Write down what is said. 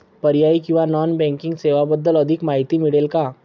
पर्यायी किंवा non banking सेवांबद्दल अधिक माहिती मिळेल का?